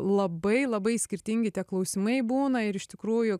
labai labai skirtingi tie klausimai būna ir iš tikrųjų